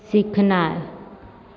सीखनाय